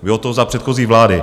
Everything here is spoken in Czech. Bylo to za předchozí vlády.